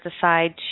decide